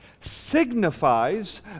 signifies